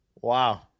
Wow